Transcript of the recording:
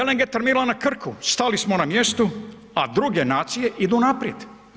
LNG terminal na Krku, stali smo na mjestu, a druge nacije idu naprijed.